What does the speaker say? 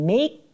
Make